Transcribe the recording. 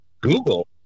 Google